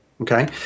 okay